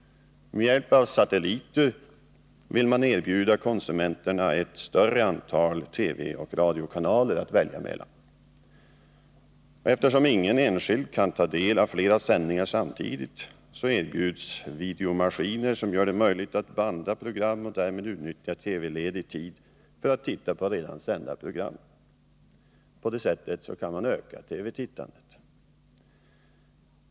Med hjälp Onsdagen den av satelliter vill man erbjuda konsumenterna ett större antal TV och 11 mars 1981 radiokanaler att välja mellan. Eftersom ingen enskild kan ta del av flera sändningar samtidigt, erbjuds videomaskiner som gör det möjligt att banda program och därmed utnyttja TV-ledig tid för att titta på redan sända program. På det sättet kan man öka TV-tittandet.